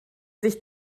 sich